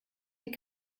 die